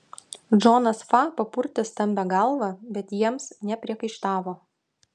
džonas fa papurtė stambią galvą bet jiems nepriekaištavo